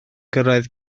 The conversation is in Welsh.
gyrraedd